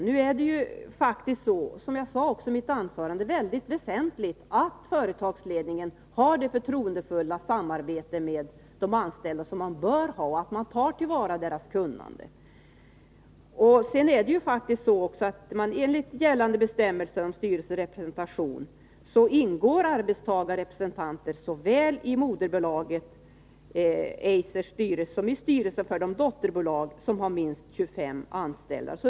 Däremot är det mycket väsentligt — som jag också sade i mitt huvudanförande — att företagsledningen har det förtroendefulla samarbete med de anställda som man bör ha och på detta sätt tar till vara deras kunnande. Enligt gällande bestämmelser om styrelserepresentation ingår faktiskt också arbetstagarrepresentanter såväl i moderbolaget Eisers styrelse som i styrelserna för de dotterbolag som har minst 25 anställda.